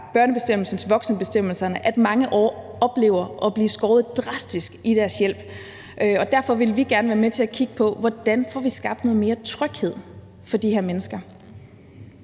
børnebestemmelserne til voksenbestemmelserne, at mange oplever at blive skåret drastisk i deres hjælp. Og derfor vil vi gerne være med til at kigge på, hvordan vi får skabt noget mere tryghed for de her mennesker.